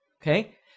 okay